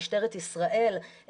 משטרת ישראל,